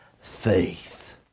faith